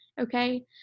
okay